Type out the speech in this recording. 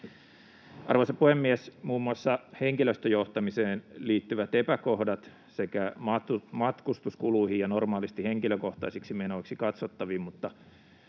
Arvoisa puhemies! Muun muassa henkilöstöjohtamiseen liittyvät epäkohdat sekä matkustuskuluihin ja normaalisti henkilökohtaisiksi menoiksi katsottaviin mutta